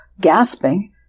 gasping